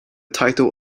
title